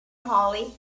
hollie